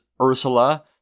Ursula